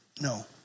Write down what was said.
No